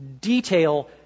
detail